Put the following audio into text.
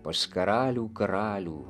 pas karalių karalių